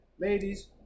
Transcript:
ladies